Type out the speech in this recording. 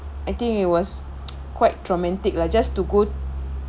I think it was quite traumatic just to go